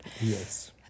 yes